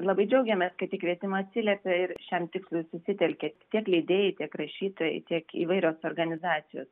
labai džiaugiamės kad į kvietimą atsiliepė ir šiam tikslui susitelkė tiek leidėjai tiek rašytojai tiek įvairios organizacijos